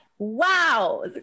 Wow